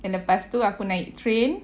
then lepas tu aku naik train